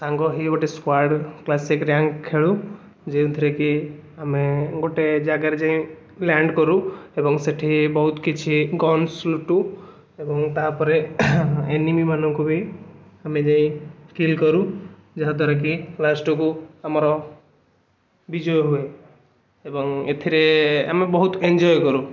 ସାଙ୍ଗହେଇ ଗୋଟେ squad classic rank ଖେଳୁ ଯେଉଁଥିରେ କି ଆମେ ଗୋଟେ ଜାଗାରେ ଯାଇ ଲ୍ୟାଣ୍ଡ କରୁ ଏବଂ ସେଇଠି ବହୁତ କିଛି ଗନ୍ସ ଲୁଟୁ ଏବଂ ତାପରେ ଏନିମି ମାନଙ୍କୁ ବି ଆମେ ଯାଇ କିଲ କରୁ ଯାହାଦ୍ବାରା କି ଲାଷ୍ଟକୁ ଆମର ବିଜୟ ହୁଏ ଏବଂ ଏଥିରେ ଆମେ ବହୁତ ଏନ୍ଜୟ କରୁ